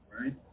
right